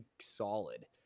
solid